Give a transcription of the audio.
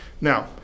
Now